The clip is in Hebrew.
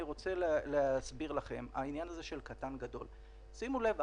אני רוצה להסביר לכם: העניין הזה של קטן/גדול שימו לב,